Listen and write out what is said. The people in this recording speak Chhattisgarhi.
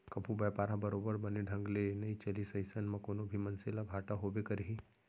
कभू बयपार ह बरोबर बने ढंग ले नइ चलिस अइसन म कोनो भी मनसे ल घाटा होबे करही